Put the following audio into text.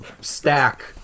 stack